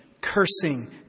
cursing